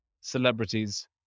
celebrities